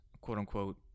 quote-unquote